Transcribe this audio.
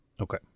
Okay